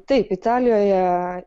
taip italijoje